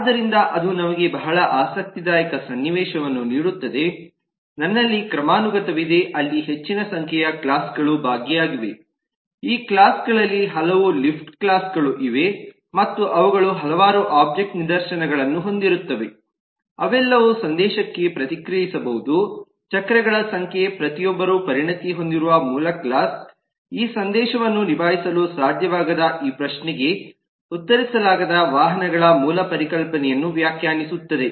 ಆದ್ದರಿಂದ ಅದು ನಮಗೆ ಬಹಳ ಆಸಕ್ತಿದಾಯಕ ಸನ್ನಿವೇಶವನ್ನು ನೀಡುತ್ತದೆ ನನ್ನಲ್ಲಿ ಕ್ರಮಾನುಗತವಿದೆ ಅಲ್ಲಿ ಹೆಚ್ಚಿನ ಸಂಖ್ಯೆಯ ಕ್ಲಾಸ್ ಗಳು ಭಾಗಿಯಾಗಿವೆ ಈ ಕ್ಲಾಸ್ ಗಳಲ್ಲಿ ಹಲವು ಲಿಫ್ಟ್ ಕ್ಲಾಸ್ ಗಳು ಇವೆ ಮತ್ತು ಅವುಗಳು ಹಲವಾರು ಒಬ್ಜೆಕ್ಟ್ ನಿದರ್ಶನಗಳನ್ನು ಹೊಂದಿರುತ್ತವೆ ಅವೆಲ್ಲವೂ ಸಂದೇಶಕ್ಕೆ ಪ್ರತಿಕ್ರಿಯಿಸಬಹುದು ಚಕ್ರಗಳ ಸಂಖ್ಯೆ ಪ್ರತಿಯೊಬ್ಬರೂ ಪರಿಣತಿ ಹೊಂದಿರುವ ಮೂಲ ಕ್ಲಾಸ್ ಈ ಸಂದೇಶವನ್ನು ನಿಭಾಯಿಸಲು ಸಾಧ್ಯವಾಗದ ಈ ಪ್ರಶ್ನೆಗೆ ಉತ್ತರಿಸಲಾಗದ ವಾಹನಗಳ ಮೂಲ ಪರಿಕಲ್ಪನೆಯನ್ನು ವ್ಯಾಖ್ಯಾನಿಸುತ್ತದೆ